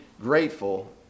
grateful